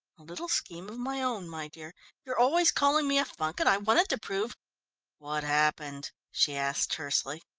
a little scheme of my own, my dear you're always calling me a funk, and i wanted to prove what happened? she asked tersely.